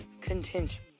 contention